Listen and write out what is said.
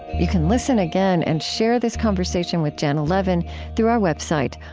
you can listen again and share this conversation with janna levin through our website,